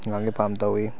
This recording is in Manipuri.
ꯉꯥꯒꯤ ꯐꯥꯝ ꯇꯧꯋꯤ